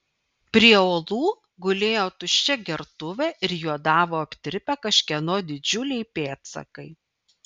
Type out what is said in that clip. prie uolų gulėjo tuščia gertuvė ir juodavo aptirpę kažkieno didžiuliai pėdsakai